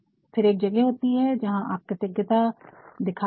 फिर एक जगह होती है जहा आप कृतग्यता दिखाते है